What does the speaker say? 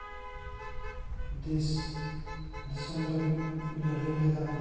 ᱫᱮᱥ ᱫᱤᱥᱚᱢ ᱞᱟᱹᱜᱤᱫ ᱠᱤᱱ ᱞᱟᱹᱲᱦᱟᱹᱭ ᱞᱮᱫᱟ